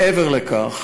מעבר לכך,